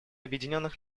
объединенных